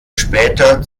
später